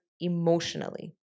emotionally